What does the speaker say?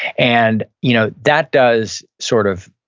and you know that does sort of,